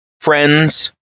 friends